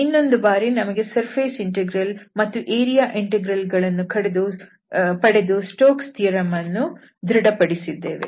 ಇನ್ನೊಂದು ಬಾರಿ ನಾವು ಸರ್ಫೇಸ್ ಇಂಟೆಗ್ರಲ್ ಮತ್ತು ಏರಿಯಾ ಇಂಟೆಗ್ರಲ್ ಗಳನ್ನು ಪಡೆದು ಸ್ಟೋಕ್ಸ್ ಥಿಯರಂ Stoke's Theoremಅನ್ನು ಧೃಡ ಪಡಿಸಿದ್ದೇವೆ